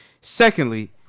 Secondly